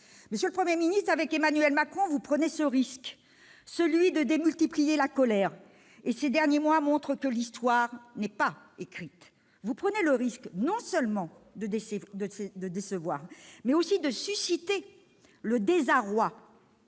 Monsieur le Premier ministre, avec Emmanuel Macron, vous prenez le risque de multiplier la colère. Ces derniers mois montrent que l'histoire n'est pas écrite. Vous prenez le risque non seulement de décevoir, mais aussi de susciter le désarroi